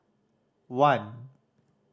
one